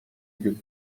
gün